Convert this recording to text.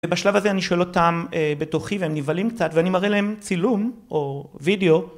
ובשלב הזה אני שואל אותם בתוכי והם נבהלים קצת ואני מראה להם צילום או וידאו.